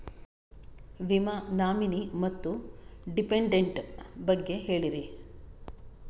ವಿಮಾ ನಾಮಿನಿ ಮತ್ತು ಡಿಪೆಂಡಂಟ ಬಗ್ಗೆ ಹೇಳರಿ?